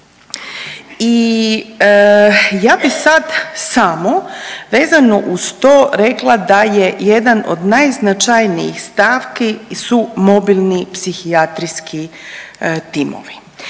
i ja bi sad samo vezano uz to rekla da je jedan od najznačajnijih stavki su mobilni psihijatrijski timovi.